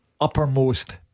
uppermost